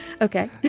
Okay